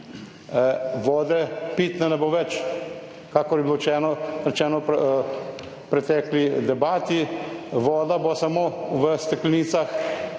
vode pitne ne bo več, kakor je bilo rečeno, rečeno v pretekli debati, voda bo samo v steklenicah